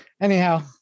anyhow